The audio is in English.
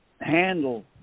handle